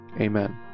Amen